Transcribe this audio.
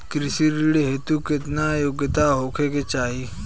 कृषि ऋण हेतू केतना योग्यता होखे के चाहीं?